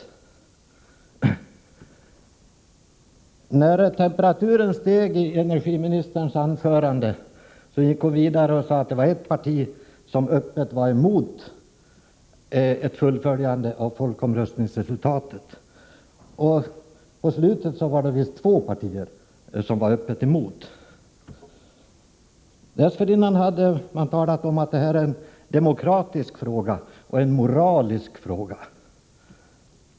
När temperaturen steg i energiministerns anförande, gick hon vidare och påstod att ett parti var öppet emot ett fullföljande av folkomröstningens resultat. Till slut var det visst två partier som var öppet emot. Dessförinnan hade hon talat om att detta är en demokratifråga och en moralisk fråga.